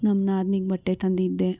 ನನ್ನ ನಾದಿನಿಗೆ ಬಟ್ಟೆ ತಂದಿದ್ದೆ